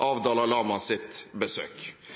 av Dalai Lamas besøk. Da Dalai Lama